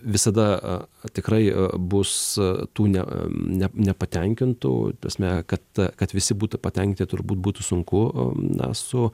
visada tikrai bus tų ne ne nepatenkintų ta prasme kad kad visi būtų patenkinti turbūt būtų sunku na su